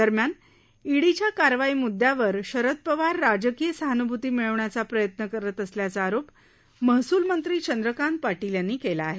दरम्यान ईडीच्या कारवाई मुद्यावर शरद पवार राजकीय सहानभुती मिळवण्याचा प्रयत्न करत असल्याचा आरोप महसुल मंत्री चंद्रकांत पाटील यांनी केला आहे